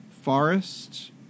forest